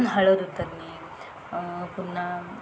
हळद उतरणे